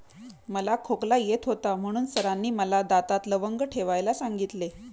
मला खोकला येत होता म्हणून सरांनी मला दातात लवंग ठेवायला सांगितले